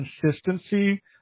consistency